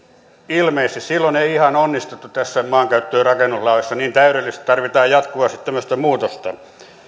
ilmeisesti silloin ei ihan onnistuttu tässä maankäyttö ja rakennuslaissa niin täydellisesti että ei tarvittaisi jatkuvasti tämmöistä muutosta